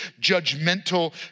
judgmental